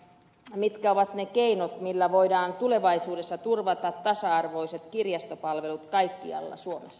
mitkä ovat ne keinot millä voidaan tulevaisuudessa turvata tasa arvoiset kirjastopalvelut kaikkialla suomessa